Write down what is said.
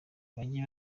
bajye